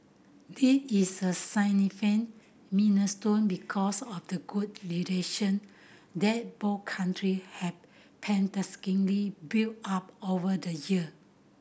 it is a minor stone because of the good relation that both country have painstakingly built up over the year